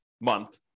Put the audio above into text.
month